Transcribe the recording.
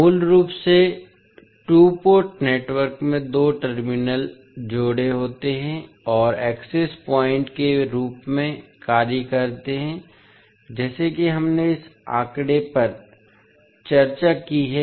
मूल रूप से टू पोर्ट नेटवर्क में दो टर्मिनल जोड़े होते हैं और एक्सेस पॉइंट के रूप में कार्य करते हैं जैसे कि हमने इस आंकड़े पर चर्चा की है